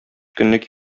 көнлек